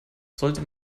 sollte